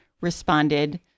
responded